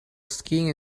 skiing